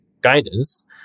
guidance